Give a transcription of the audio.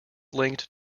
linked